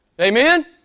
Amen